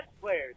Players